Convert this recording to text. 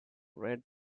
red